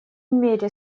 мере